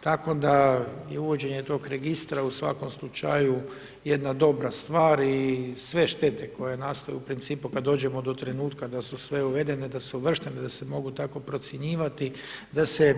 tako da je uvođenje tog registra u svakoj slučaju jedna dobra stvar i sve štete koje nastaju u principu kad dođemo do trenutka da su sve uvedene, da su uvrštene, da se mogu tako procjenjivati, da se